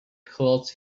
closed